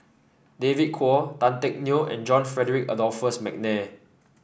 David Kwo Tan Teck Neo and John Frederick Adolphus McNair